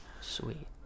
Sweet